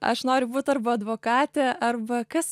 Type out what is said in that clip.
aš noriu būt arba advokatė arba kas